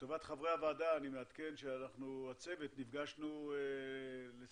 לטובת חברי הוועדה אני מעדכן שאנחנו הצוות נפגשנו לשיחה